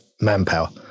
manpower